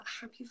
happy